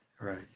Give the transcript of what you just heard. Right